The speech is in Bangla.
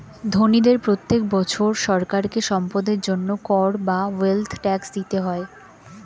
ধনীদের প্রত্যেক বছর সরকারকে সম্পদের জন্য কর বা ওয়েলথ ট্যাক্স দিতে হয়